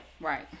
Right